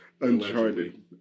Uncharted